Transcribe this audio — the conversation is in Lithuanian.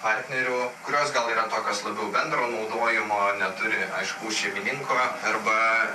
partnerių kurios gal yra tokios labiau bendro naudojimo neturi aiškaus šeimininko arba